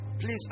please